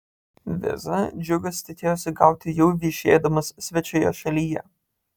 vizą džiugas tikėjosi gauti jau viešėdamas svečioje šalyje